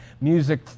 music